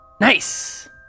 Nice